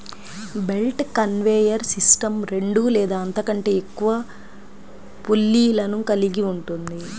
belt conveyor system రెండు లేదా అంతకంటే ఎక్కువ పుల్లీలను కలిగి ఉంటుంది